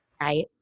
right